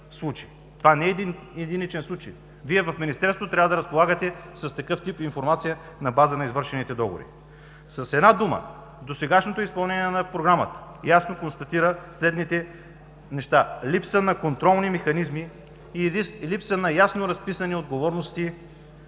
Това не е единичен случай. Вие в Министерството трябва да разполагате с такъв тип информация на база на сключените договори. С една дума, досегашното изпълнение на Програмата ясно констатира следните неща: липса на контролни механизми и липса на ясно разписани отговорности